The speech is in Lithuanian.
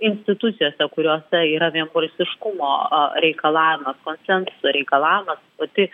institucijose kuriose yra vienbalsiškumo reikalavimas konsensuso reikalavimas pati